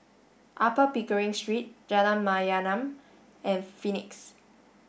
Upper Pickering Street Jalan Mayaanam and Phoenix